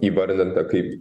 įvardinta kaip